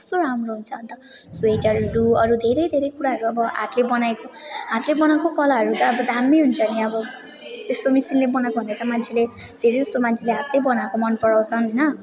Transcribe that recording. कस्तो राम्रो हुन्छ अन्त स्वेटरहरू अरू धेरै धेरै कुराहरू अब हातले बनाएको हातले बनाएको कलाहरू त अब दामी हुन्छ नि अब त्यस्तो मसिनले बनाएको भन्दा त मान्छेले धेरै जस्तो मान्छेले हातले बनाएको मन पराउँछन् होइन